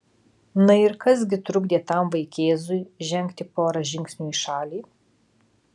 na ir kas gi trukdė tam vaikėzui žengti porą žingsnių į šalį